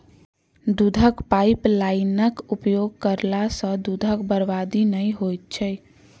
दूधक पाइपलाइनक उपयोग करला सॅ दूधक बर्बादी नै होइत छै